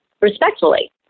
respectfully